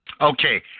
Okay